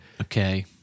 Okay